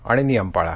आणि नियम पाळा